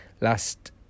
last